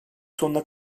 sonuna